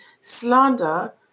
slander